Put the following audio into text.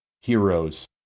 heroes